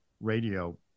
radio